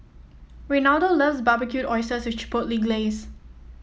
Reynaldo loves Barbecued Oysters with Chipotle Glaze